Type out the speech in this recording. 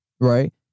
right